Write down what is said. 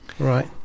right